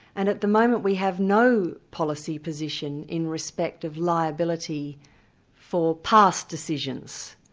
and at the moment we have no policy position in respect of liability for past decisions,